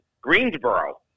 Greensboro